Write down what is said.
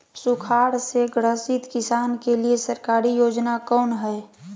सुखाड़ से ग्रसित किसान के लिए सरकारी योजना कौन हय?